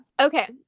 Okay